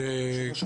כאשר מישהו,